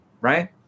Right